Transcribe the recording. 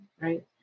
right